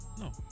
No